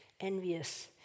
envious